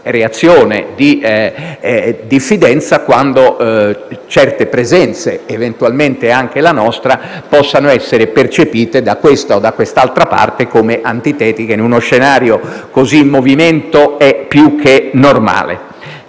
reazione di diffidenza quando certe presenze (eventualmente anche la nostra) possano essere percepite, da questa o da quest'altra parte, come antitetiche; in uno scenario così in movimento, è più che normale.